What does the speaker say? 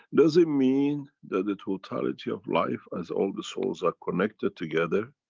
does it mean that the totality of life as all the souls are connected together,